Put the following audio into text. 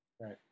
Right